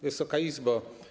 Wysoka Izbo!